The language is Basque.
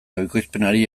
ekoizpenari